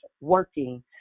working